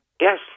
Yes